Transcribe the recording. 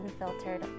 unfiltered